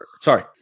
Sorry